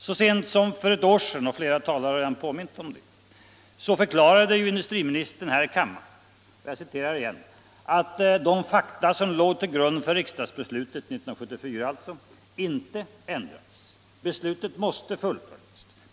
Så sent som för ett år sedan — flera talare har redan påmint om det — förklarade industriministern här i kammaren att de ”fakta som låg till grund för riksdagsbeslutet” — 1974 alltså — ”inte ändrats. Beslutet måste fullföljas.